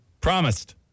Promised